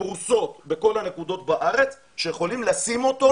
פרוסות בכל הנקודות בארץ והן יכולות לשים אותו